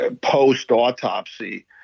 post-autopsy